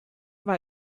war